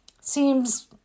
seems